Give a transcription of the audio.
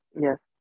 Yes